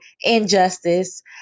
injustice